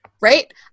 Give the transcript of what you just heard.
right